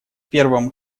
первом